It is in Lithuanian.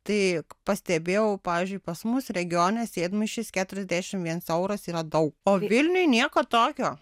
tai pastebėjau pavyzdžiui pas mus regione sėdmaišis keturiasdešim viens euras yra daug o vilniuj nieko tokio